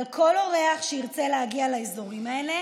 אבל כל אורח שירצה להגיע לאזורים האלה